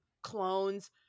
clones